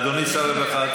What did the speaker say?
אדוני שר הרווחה,